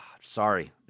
Sorry